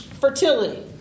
Fertility